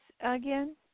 again